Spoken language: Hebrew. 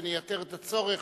ונייתר את הצורך